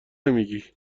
نمیگی